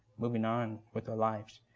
moving on with their lives.